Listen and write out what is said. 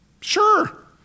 Sure